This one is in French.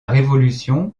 révolution